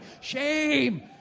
Shame